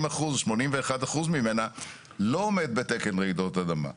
81% ממנה לא עומד בתקן רעידות אדמה.